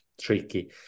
tricky